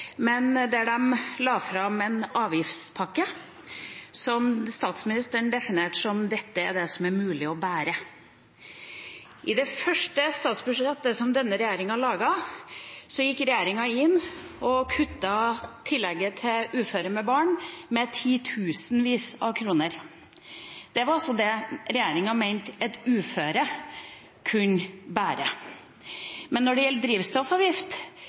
der de la fram en avgiftspakke som statsministeren definerte som: Dette er det som er mulig å bære. I det første statsbudsjettet som denne regjeringa lagde, gikk regjeringa inn og kuttet tillegget til uføre med barn med titusenvis av kroner. Det var altså det regjeringa mente at uføre kunne bære. Men når det gjelder drivstoffavgift,